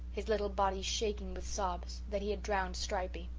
his little body shaking with sobs, that he had drowned stripey.